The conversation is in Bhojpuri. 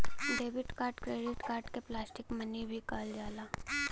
डेबिट कार्ड क्रेडिट कार्ड के प्लास्टिक मनी भी कहल जाला